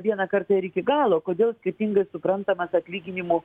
vieną kartą ir iki galo kodėl skirtingai suprantamas atlyginimų